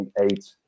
eight